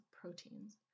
proteins